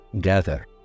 gather